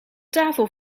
tafel